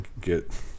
get